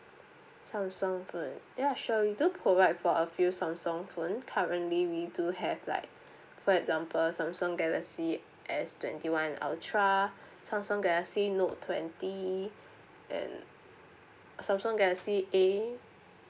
samsung phone ya sure we do provide for a few samsung phone currently we do have like for example samsung galaxy S twenty one ultra samsung galaxy note twenty and samsung galaxy A